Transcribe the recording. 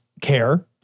care